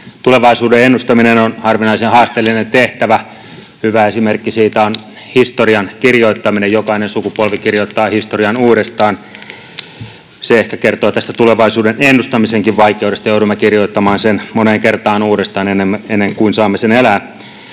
Tulevaisuuden ennustaminen on harvinaisen haasteellinen tehtävä. Hyvä esimerkki siitä on historian kirjoittaminen. Jokainen sukupolvi kirjoittaa historian uudestaan. Se ehkä kertoo tulevaisuudenkin ennustamisen vaikeudesta — joudumme kirjoittamaan sen moneen kertaan uudestaan ennen kuin saamme sen elää.